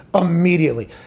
immediately